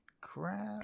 Crap